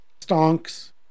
Stonks